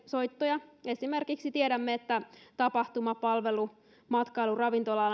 soittoja tiedämme että esimerkiksi tapahtuma palvelu matkailu ja ravintola